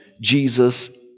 Jesus